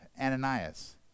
Ananias